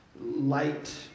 Light